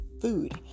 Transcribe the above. food